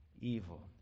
evil